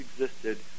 existed